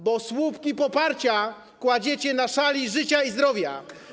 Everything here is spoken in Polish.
Bo słupki poparcia kładziecie na szali życia i zdrowia.